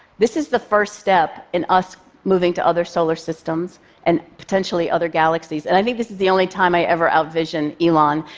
this is the first step in us moving to other solar systems and potentially other galaxies, and i think this is the only time i ever out-vision elon,